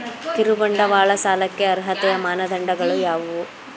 ಕಿರುಬಂಡವಾಳ ಸಾಲಕ್ಕೆ ಅರ್ಹತೆಯ ಮಾನದಂಡಗಳು ಯಾವುವು?